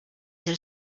del